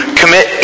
commit